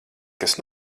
kas